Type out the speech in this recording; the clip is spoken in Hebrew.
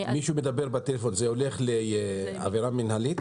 מי שמדבר בטלפון, זה הולך לעבירה מינהלית?